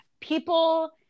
people